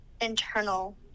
internal